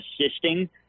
assisting